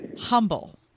humble